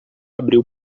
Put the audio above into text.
abriu